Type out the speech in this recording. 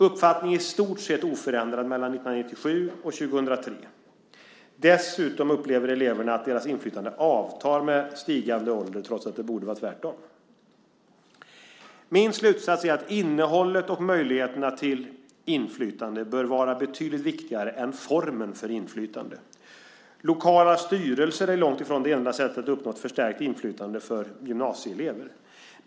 Uppfattningen är i stort sett oförändrad mellan åren 1997 och 2003. Dessutom upplever eleverna att deras inflytande avtar med stigande ålder trots att det borde vara tvärtom. Min slutsats är att innehållet och möjligheterna till inflytande bör vara betydligt viktigare än formen för inflytandet. Lokala styrelser är långt ifrån det enda sättet att uppnå ett förstärkt inflytande för gymnasieelever.